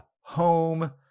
home